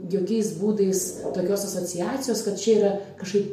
jokiais būdais tokios asociacijos kad čia yra kažkaip